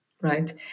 right